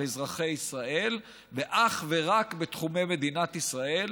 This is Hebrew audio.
אזרחי ישראל ואך ורק בתחומי מדינת ישראל,